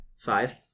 Five